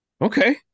Okay